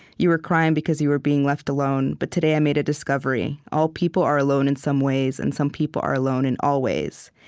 you were crying because you were being left alone, but today i made a discovery. all people are alone in some ways, and some people are alone in all ways.